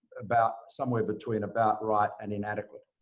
about somewhere between about right and inadequate,